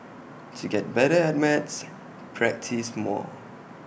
to get better at maths practise more